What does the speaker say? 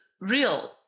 real